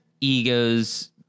egos